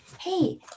hey